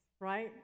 right